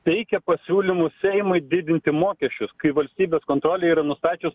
teikia pasiūlymus seimui didinti mokesčius kai valstybės kontrolė yra nustačius